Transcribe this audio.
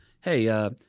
hey –